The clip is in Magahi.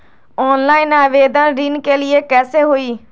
ऑनलाइन आवेदन ऋन के लिए कैसे हुई?